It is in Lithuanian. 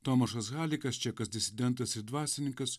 tomašas halikas čekas disidentas ir dvasininkas